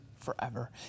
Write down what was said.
forever